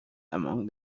among